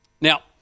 Now